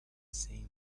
same